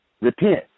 repent